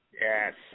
Yes